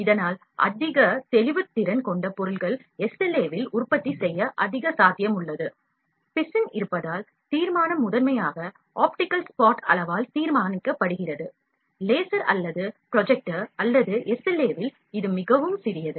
இதனால் அதிக தெளிவுத்திறன் கொண்ட பொருள்கள் SLA இல் உற்பத்தி செய்ய அதிக சாத்தியம் உள்ளது பிசின் இருப்பதால் தீர்மானம் முதன்மையாக ஆப்டிகல் ஸ்பாட் அளவால் தீர்மானிக்கப்படுகிறது லேசர் அல்லது ப்ரொஜெக்டர் அல்லது SLA இல் இது மிகவும் சிறியது